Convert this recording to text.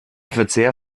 verzehr